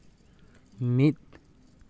ᱢᱤᱫ